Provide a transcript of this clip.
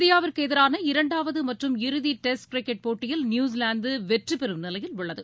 இந்தியாவிற்கு எதிரான இரண்டாவது மற்றும் இறுதி டெஸ்ட் கிரிக்கெட் போட்டயில் நியூசிலாந்து வெற்றி பெறும் நிலையில் உள்ளது